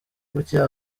gutya